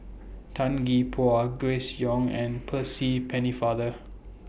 Tan Gee Paw Grace Young and Percy Pennefather